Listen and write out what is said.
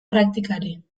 praktikari